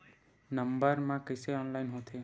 Number मा कइसे online होथे?